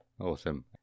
awesome